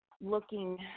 looking